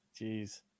Jeez